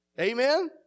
Amen